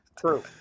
True